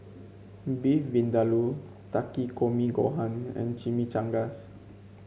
Beef Vindaloo Takikomi Gohan and Chimichangas